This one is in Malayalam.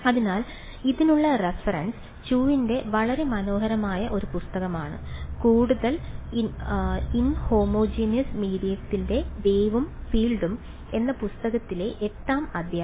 അതിനാൽ ഇതിനുള്ള റഫറൻസ് ച്യൂവിന്റെ വളരെ മനോഹരമായ ഒരു പുസ്തകമാണ് കൂടാതെ ഇൻഹോമോജീനിയസ് മീഡിയയിലെ വേവും ഫീൽഡും എന്ന പുസ്തകത്തിലെ എട്ടാം അധ്യായം